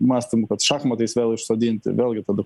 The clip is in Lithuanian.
mąstoma kad šachmatais vėl išsodinti vėlgi tada